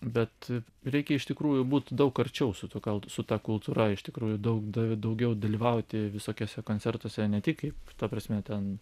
bet reikia iš tikrųjų būt daug arčiau su tuo kal su ta kultūra iš tikrųjų daug da daugiau dalyvauti visokiuose koncertuose ne tik kaip ta prasme ten